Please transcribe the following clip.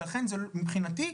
ומבחינתי,